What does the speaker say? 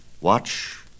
Watch